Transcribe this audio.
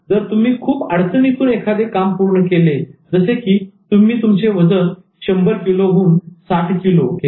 जर तुम्ही खूप अडचणीतून एखादे काम पूर्ण केले जसे की तुम्ही तुमचे वजन 100 किलो हून 60 किलो केले